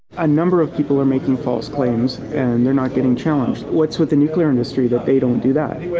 a number of people are making false claims and they're not getting challenged. what's with the nuclear industry that they don't do that?